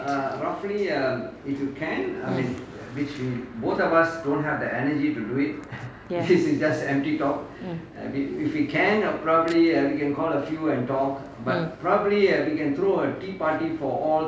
mm yes